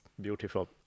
Beautiful